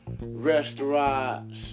restaurants